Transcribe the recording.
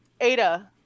ada